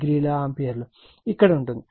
87o ampere ఇక్కడ ఉంటుంది